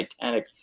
Titanic